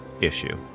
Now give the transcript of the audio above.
issue